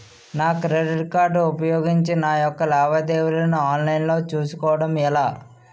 నా credit card ఉపయోగించి నా యెక్క లావాదేవీలను ఆన్లైన్ లో చేసుకోవడం ఎలా?